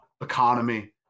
economy